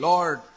Lord